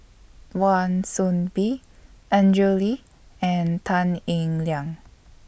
Wan Soon Bee Andrew Lee and Tan Eng Liang